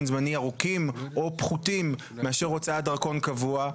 זמני ארוכים או פחותים מאשר הוצאת דרכון קבוע?